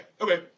okay